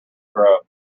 grow